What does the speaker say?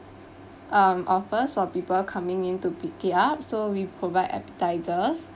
um offers for people coming in to pick it up so we provide appetizers